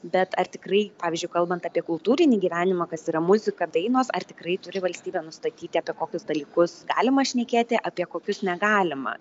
bet ar tikrai pavyzdžiui kalbant apie kultūrinį gyvenimą kas yra muzika dainos ar tikrai turi valstybė nustatyti apie kokius dalykus galima šnekėti apie kokius negalima